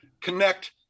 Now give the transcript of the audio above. connect